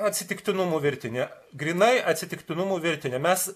atsitiktinumų virtinė grynai atsitiktinumų virtinė mes